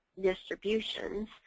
distributions